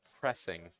pressing